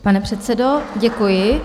Pane předsedo, děkuji.